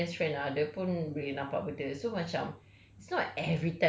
I also have like my friend's friend ah dia pun boleh nampak benda so macam